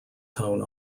tone